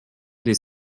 des